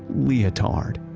leotard,